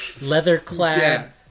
leather-clad